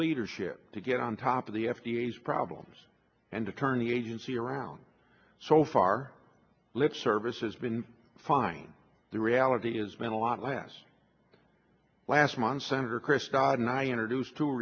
leadership to get on top of the f d a these problems and to turn the agency around so far lip service has been fine the reality is meant a lot less last month senator chris dodd and i introduced to